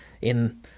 in-